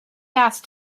asked